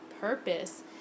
purpose